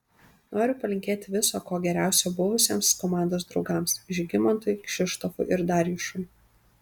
noriu palinkėti viso ko geriausio buvusiems komandos draugams žygimantui kšištofui ir darjušui